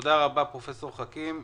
תודה רבה פרופ' חכים.